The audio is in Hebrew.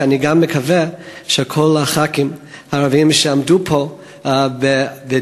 אני גם מקווה שכל הח"כים הערבים שעמדו פה ודיברו